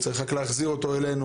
צריך רק להחזיר אותו אלינו.